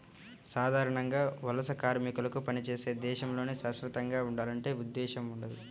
సాధారణంగా వలస కార్మికులకు పనిచేసే దేశంలోనే శాశ్వతంగా ఉండాలనే ఉద్దేశ్యం ఉండదు